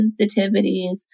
sensitivities